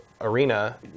arena